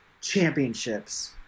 championships